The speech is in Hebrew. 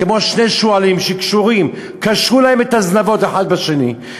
כמו שני שועלים שקשרו להם את הזנבות אחד בשני,